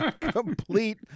complete